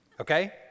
Okay